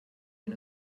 den